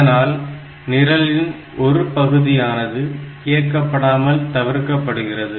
இதனால் நிரலின் ஒரு பகுதியானது இயக்கப்படாமல் தவிர்க்கப்படுகிறது